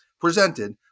presented